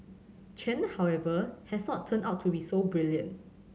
Chen however has not turned out to be so brilliant